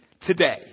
today